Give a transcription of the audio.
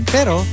Pero